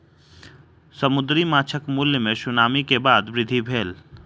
समुद्री माँछक मूल्य मे सुनामी के बाद वृद्धि भेल